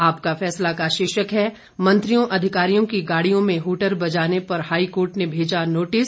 आपका फैसला का शीर्षक है मंत्रियों अधिकारियों की गाड़ियों में हटर बजाने पर हाईकोर्ट ने भेजा नोटिस